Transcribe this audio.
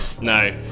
No